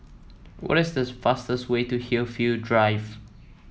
what is does fastest way to Hillview Drive